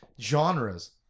genres